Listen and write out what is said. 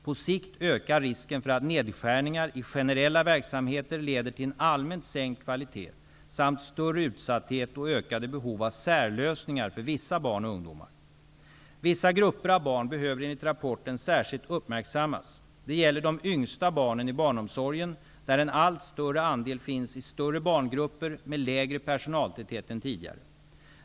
På sikt ökar risken för att nedskärningar i generella verksamheter leder till en allmänt sänkt kvalitet samt större utsatthet och ökade behov av särlösningar för vissa barn och ungdomar. Vissa grupper av barn behöver enligt rapporten särskilt uppmärksammas. Det gäller de yngsta barnen i barnomsorgen, där en allt större andel finns i större barngrupper med lägre personaltäthet än tidigare.